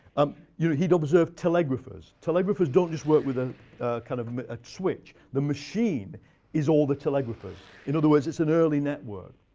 um you know he'd observe telegraphers. telegraphers don't just work with ah kind of a switch. the machine is all the telegraphers. in other words, it's an early network.